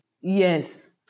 Yes